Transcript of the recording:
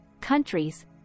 countries